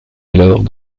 alors